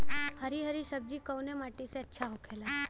हरी हरी सब्जी कवने माटी में अच्छा होखेला?